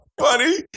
funny